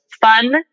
fun